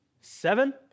Seven